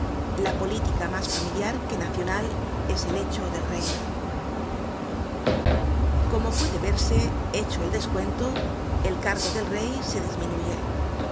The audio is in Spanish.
la política mas familiar que nacional es el hecho del rey como puede verse hecho el descuento el cargo del rey se disminuye su